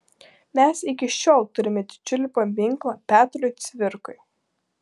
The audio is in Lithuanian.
mes iki šiol turime didžiulį paminklą petrui cvirkai